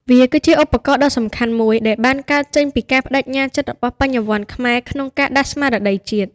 វាគឺជាឧបករណ៍ដ៏សំខាន់មួយ ដែលបានកើតចេញពីការប្ដេជ្ញាចិត្តរបស់បញ្ញវន្តខ្មែរក្នុងការដាស់ស្មារតីជាតិ។